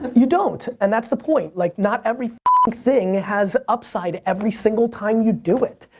you don't, and that's the point. like, not every thing has upside every single time you do it.